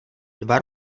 dva